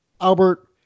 albert